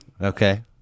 Okay